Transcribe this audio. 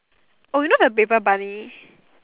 oh you know the paper bunny